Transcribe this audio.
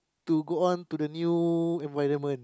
to go on to the new environment